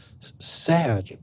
sad